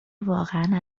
واقعا